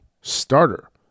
starter